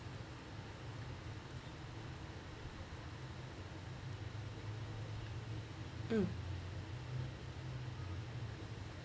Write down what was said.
mm